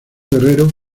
guerrero